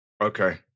Okay